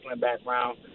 background